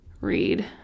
read